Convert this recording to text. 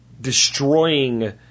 destroying